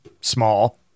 Small